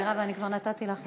מירב, אני כבר נתתי לך מעבר לזמן.